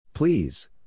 Please